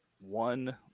One